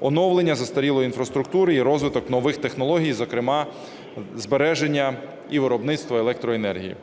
оновлення застарілої інфраструктури, і розвиток нових технологій, зокрема збереження і виробництво електроенергії.